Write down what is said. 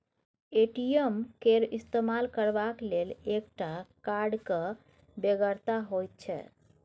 ATM केर इस्तेमाल करबाक लेल एकटा कार्डक बेगरता होइत छै